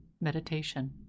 meditation